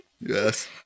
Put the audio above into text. Yes